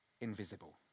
invisible